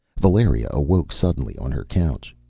valeria awoke suddenly on her couch.